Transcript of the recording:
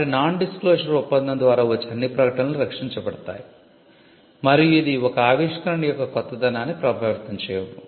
కాబట్టి non disclosure ఒప్పందం ద్వారా వచ్చే అన్ని ప్రకటనలు రక్షించబడతాయి మరియు ఇది ఒక ఆవిష్కరణ యొక్క కొత్తదనాన్ని ప్రభావితం చేయదు